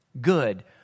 good